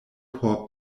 por